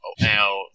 now